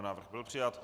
Návrh byl přijat.